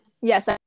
yes